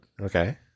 Okay